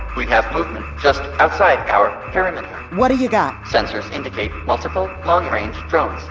we have movement just outside our perimeter what do you got? sensors indicate multiple long range drones,